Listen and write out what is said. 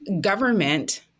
government